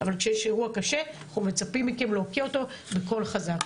אבל כשיש אירוע קשה אנחנו מצפים מכם להוקיע אותו בקול חזק.